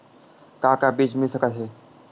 का का बीज मिल सकत हे?